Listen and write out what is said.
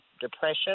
depression